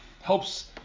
helps